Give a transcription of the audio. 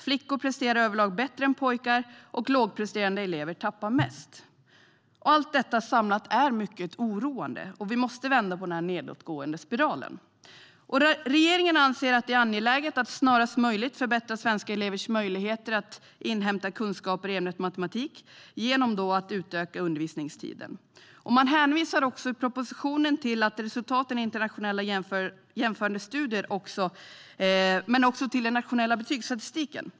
Flickor presterar överlag bättre än pojkar, och lågpresterande elever tappar mest. Allt detta samlat är mycket oroande. Vi måste vända den nedåtgående spiralen. Regeringen anser att det är angeläget att snarast möjligt förbättra svenska elevers möjligheter att inhämta kunskaper i ämnet matematik genom att utöka undervisningstiden. I propositionen hänvisar man till resultaten i internationella jämförandestudier men också till den nationella betygsstatistiken.